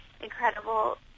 incredible